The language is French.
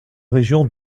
région